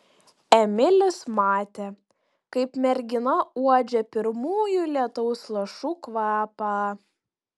emilis matė kaip mergina uodžia pirmųjų lietaus lašų kvapą